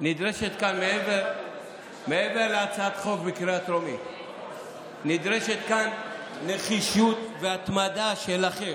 מעבר להצעת החוק בקריאה הטרומית נדרשות כאן נחישות והתמדה שלכם.